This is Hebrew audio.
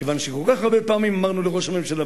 כיוון שכל כך הרבה פעמים אמרנו לראש הממשלה,